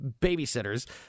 babysitters